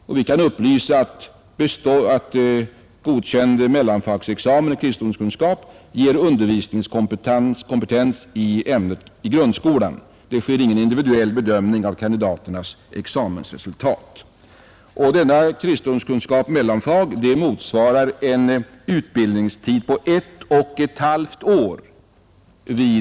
Man skriver vidare följande: Vi kan också upplysa om att godkänd mellomfagsexamen i kristendomskunskap ger undervisningskompetens i ämnet i grundskolan. Det sker ingen individuell bedömning av kandidaternas examensresultat. Studietiden för denna mellomfagsexamen i kristendomskunskap vid universitetet är normalt ett och ett halvt år.